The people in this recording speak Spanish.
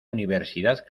universidad